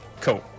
Cool